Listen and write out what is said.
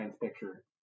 picture